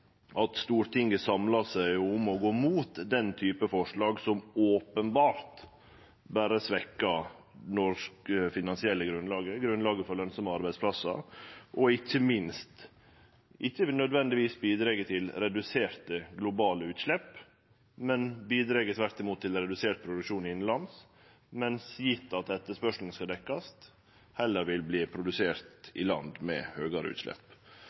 at Stortinget samlar seg om å gå mot den type forslag som openbert berre svekkjer det norske finansielle grunnlaget, grunnlaget for lønsame arbeidsplassar, og – ikkje minst – ikkje nødvendigvis bidreg til reduserte globale utslepp, men tvert imot til redusert produksjon innalands, medan – gjeve at etterspørselen skal dekkjast – produksjonen heller vil skje i land med høgare utslepp.